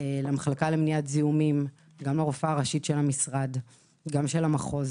למחלקה למניעת זיהומים ולרופאה הראשית של המשרד ושל המחוז